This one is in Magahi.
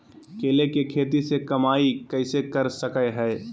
केले के खेती से कमाई कैसे कर सकय हयय?